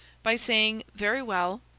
by saying very well,